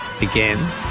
again